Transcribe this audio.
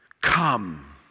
come